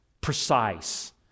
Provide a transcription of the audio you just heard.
precise